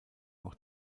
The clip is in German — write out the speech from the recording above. auch